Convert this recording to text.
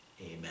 Amen